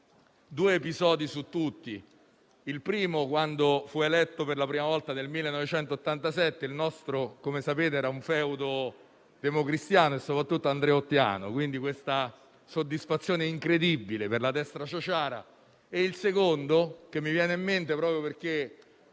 due episodi su tutti: il primo quando fu eletto per la prima volta nel 1987. Il nostro era un feudo democristiano e soprattutto andreottiano: quell'elezione fu una soddisfazione incredibile per la destra ciociara. Il secondo mi viene in mente proprio perché